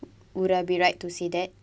would I be right to say that